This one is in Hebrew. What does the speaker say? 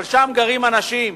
אבל שם גרים אנשים,